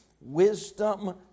Wisdom